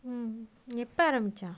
um எப்பஆரம்பிச்சான்:eppa aarampichan